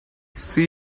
see